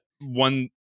one